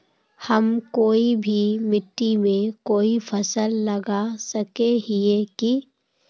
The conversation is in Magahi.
हम कोई भी मिट्टी में कोई फसल लगा सके हिये की?